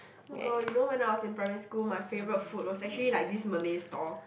!oh-my-god! you know when I was in primary school my favourite food was actually like this Malay stall